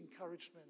encouragement